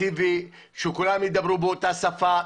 אינטגרטיבי, שכל מקבלי ההחלטות ידברו באותה שפה.